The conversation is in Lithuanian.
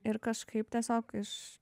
ir kažkaip tiesiog iš